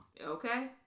Okay